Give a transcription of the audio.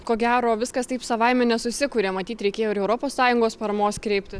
ko gero viskas taip savaime nesusikuria matyt reikėjo ir europos sąjungos paramos kreiptis